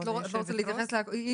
כבוד היושבת-ראש.